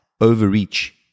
overreach